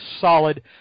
solid